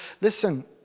listen